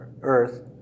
earth